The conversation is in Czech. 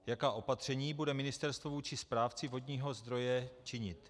Jaká opatření bude ministerstvo vůči správci vodního zdroje činit?